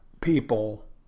people